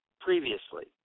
previously